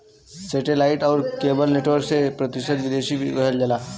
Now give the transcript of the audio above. सेटे light आउर cable network में सौ प्रतिशत विदेशी निवेश किहल जाला